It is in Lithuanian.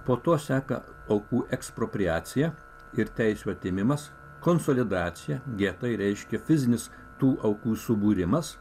po to seka aukų ekspropriacija ir teisių atėmimas konsolidacija tai reiškia fizinis tų aukų subūrimas